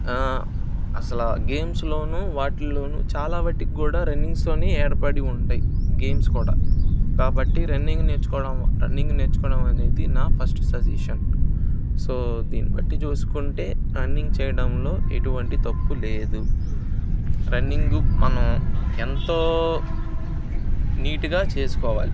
అసల గేమ్స్లో వాటిల్ల చాలా మటుకు కూడా రన్నింగ్స్లో ఏర్పడి ఉంటాయి గేమ్స్ కూడా కాబట్టి రన్నింగ్ నేర్చుకోవడం రన్నింగ్ నేర్చుకోవడం అనేది నా ఫస్ట్ సజేషన్ సో దీన్ని బట్టి చూసుకుంటే రన్నింగ్ చేయడంలో ఎటువంటి తప్పు లేదు రన్నింగ్ మనం ఎంతో నీట్గా చేసుకోవాలి